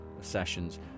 sessions